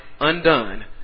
undone